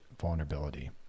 vulnerability